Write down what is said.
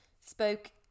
spoke